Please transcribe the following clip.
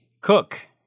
Cook